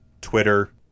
Twitter